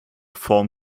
form